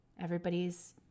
everybody's